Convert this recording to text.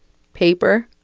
paper,